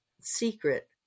secret